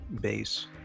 base